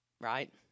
right